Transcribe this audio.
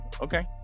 Okay